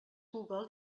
google